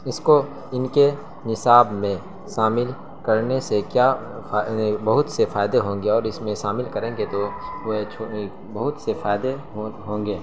اس کو ان کے نصاب میں شامل کرنے سے کیا بہت سے فائدے ہوں گے اور اس میں شامل کریں گے تو بہت سے فائدے ہو ہوں گے